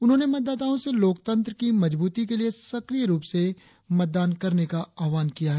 उन्होंने मतदाताओं से लोकतंत्र की मजबूती के लिए सक्रिय रुप से मतदान करने का आह्वान किया है